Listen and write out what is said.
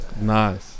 Nice